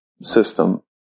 system